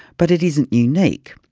but it isn't unique.